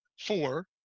four